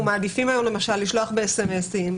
אנחנו מעדיפים היום למשל לשלוח ב-סמסים.